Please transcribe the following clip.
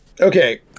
Okay